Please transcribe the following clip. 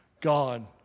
God